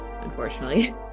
unfortunately